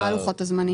מה לוחות הזמנים?